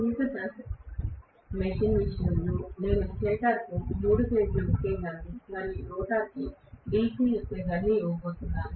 synchronous machine విషయంలో నేను స్టేటర్కు మూడు ఫేజ్ ల ఉత్తేజాన్ని మరియు రోటర్కు DC ఉత్తేజాన్ని ఇవ్వబోతున్నాను